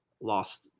lost